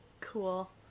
Cool